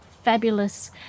fabulous